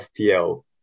FPL